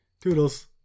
Toodles